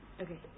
Okay